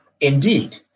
Indeed